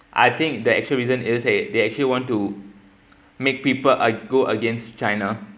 I think the actual reason is a they actually want to make people ag~ go against china